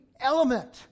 element